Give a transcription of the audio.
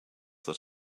that